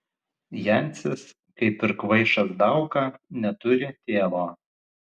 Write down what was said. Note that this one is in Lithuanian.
jancis kaip ir kvaišas dauka neturi tėvo